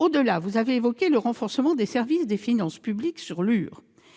Au-delà, vous avez évoqué le renforcement des services des finances publiques à Lure